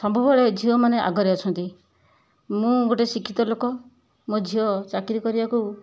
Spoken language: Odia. ସବୁବେଳେ ଝିଅ ମାନେ ଆଗରେ ଅଛନ୍ତି ମୁଁ ଗୋଟେ ଶିକ୍ଷିତ ଲୋକ ମୋ ଝିଅ ଚାକିରି କରିବାକୁ